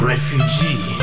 Refugee